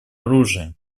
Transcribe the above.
оружия